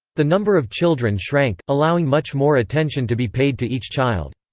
the number of children shrank, allowing much more attention to be paid to each child.